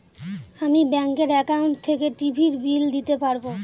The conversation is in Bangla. আমি ব্যাঙ্কের একাউন্ট থেকে টিভির বিল দিতে পারবো